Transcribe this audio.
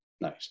Nice